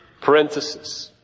Parenthesis